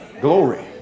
Glory